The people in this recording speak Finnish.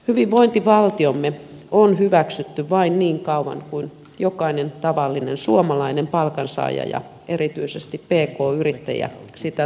hyvinvointivaltiomme on hyväksytty vain niin kauan kuin jokainen tavallinen suomalainen palkansaaja ja erityisesti pk yrittäjä sitä tukee